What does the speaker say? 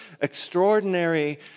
extraordinary